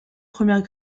premières